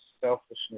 selfishness